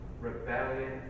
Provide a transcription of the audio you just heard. rebellion